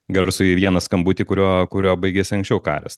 garsųjį vieną skambutį kuriuo kuriuo baigėsi anksčiau karas